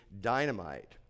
dynamite